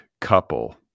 couple